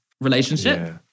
relationship